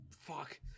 Fuck